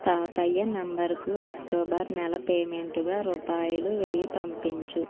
తాతయ్య నంబరుకి అక్టోబర్ నెల పేమెంటుగా రూపాయలు వెయ్యి పంపించు